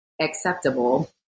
acceptable